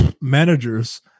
managers